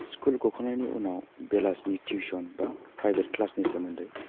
school गखांनायनि उनाव बेलासिनि टिउसन बा प्राइभेट क्लासनि सोमोन्दै